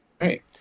Right